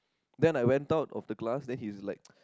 then I went out of the class then he's like